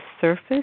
surface